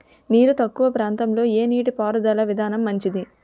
నీరు తక్కువ ప్రాంతంలో ఏ నీటిపారుదల విధానం మంచిది?